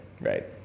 right